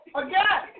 again